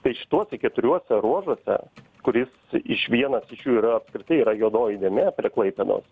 tai šituose keturiuose ruožuose kuris iš vienas iš jų yra apskritai yra juodoji dėmė prie klaipėdos